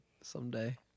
someday